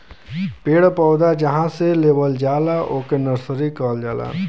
पेड़ पौधा जहां से लेवल जाला ओके नर्सरी कहल जाला